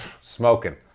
smoking